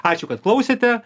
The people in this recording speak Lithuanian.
ačiū kad klausėte